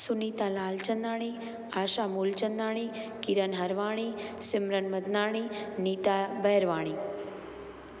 Sunita Lalchandani Asha Moolchandani Kiran Harwani Simran Madnani Neeta Bahirwani